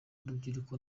urubyiruko